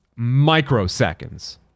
microseconds